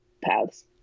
paths